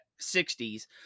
60s